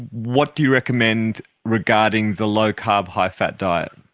what do you recommend regarding the low carb, high fat diet?